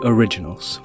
Originals